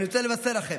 אני רוצה לבשר לכם.